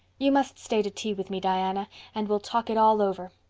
you must stay to tea with me, diana, and we'll talk it all over.